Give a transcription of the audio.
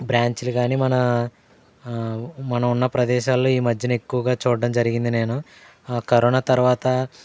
బ్రాంచీలు కానీ మన మనమున్న ప్రదేశాల్లో ఈ మధ్యన ఎక్కువగా చూడ్డం జరిగింది నేను కరోనా తరువాత